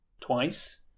twice